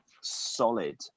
solid